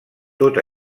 tot